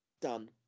done